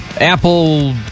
apple